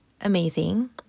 amazing